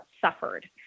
suffered